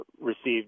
received